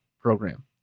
program